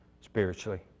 spiritually